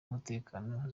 umutekano